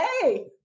hey